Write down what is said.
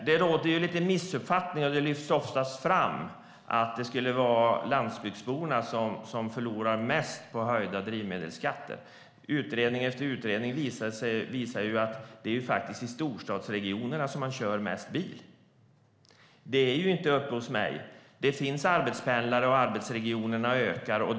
Det råder lite missuppfattningar om, vilket ofta lyfts fram, att det skulle vara landsbygdsborna som förlorar mest på höjda drivmedelsskatter. Men utredning efter utredning visar att det faktiskt är i storstadsregionerna som man kör mest bil. Det är inte uppe hos mig. Det finns arbetspendlare, och arbetsregionerna blir större.